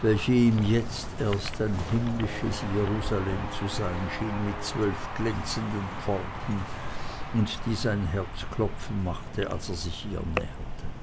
welche ihm jetzt erst ein himmlisches jerusalem zu sein schien mit zwölf glänzenden pforten und die sein herz klopfen machte als er sich ihr näherte